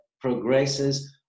progresses